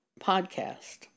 podcast